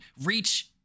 Reach